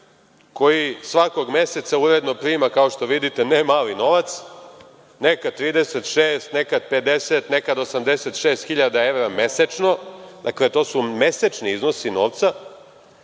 koji svakog meseca uredno prima, kao što vidite, ne mali novac, nekad 36, nekad 50, nekad 86.000 evra mesečno. Dakle to su mesečni iznosi novca.